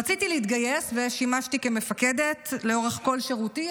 רציתי להתגייס ושימשתי כמפקדת לאורך כל שירותי,